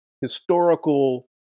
historical